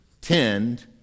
tend